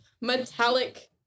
metallic